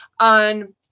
on